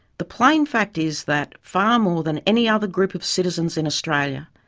the plain fact is that, far more than any other group of citizens in australia,